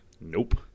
Nope